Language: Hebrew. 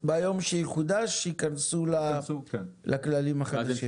ביום שיחודש ייכנסו לכללים החדשים.